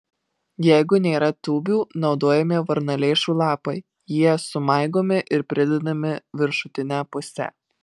jeigu nėra tūbių naudojami varnalėšų lapai jie sumaigomi ir pridedami viršutine puse